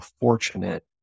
fortunate